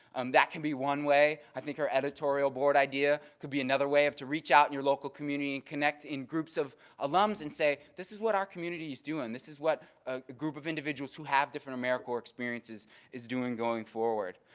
um that can be one way. i think her editorial board idea could be another way to reach out in your local community and connect in groups of alums and say this is what our community is doing. and this is what a group of individuals who have different americorps experiences is doing going forward.